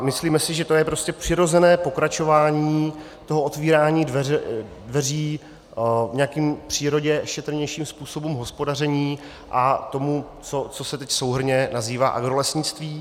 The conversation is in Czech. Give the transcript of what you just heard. Myslíme si, že to je prostě přirozené pokračování toho otevírání dveří nějakým k přírodě šetrnějším způsobům hospodaření a k tomu, co se teď souhrnně nazývá agrolesnictví.